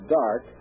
dark